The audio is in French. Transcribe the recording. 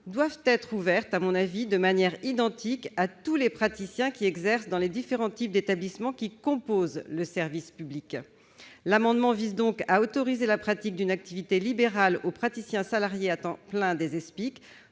doivent donc être accessibles de manière identique à tous les praticiens qui exercent dans les différents types d'établissements composant le service public. Cet amendement vise ainsi à permettre la pratique d'une activité libérale aux praticiens salariés à temps plein des Espic,